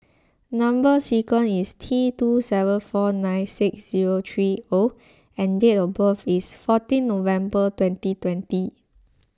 Number Sequence is T two seven four nine six zero three O and date of birth is fourteen November twenty twenty